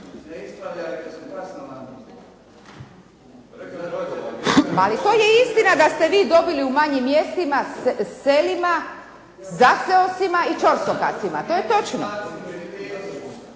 … /Upadica se ne čuje./… Ali to je istina da ste vi dobili u manjim mjestima, selima, zaseocima i ćorsokacima. To je točno.